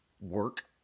work